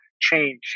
change